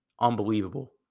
unbelievable